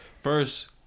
First